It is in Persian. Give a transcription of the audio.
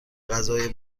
غذاهای